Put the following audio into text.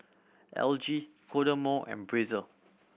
L G Kodomo and Breezer